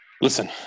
Listen